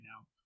now